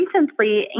recently